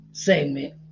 segment